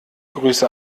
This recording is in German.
grüße